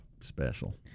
special